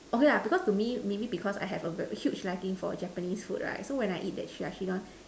okay lah because to me maybe because I have a huge liking for Japanese food right so when I eat that Chirashi Don